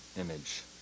image